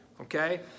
okay